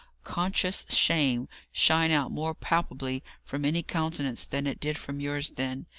conscious shame shine out more palpably from any countenance than it did from yours then.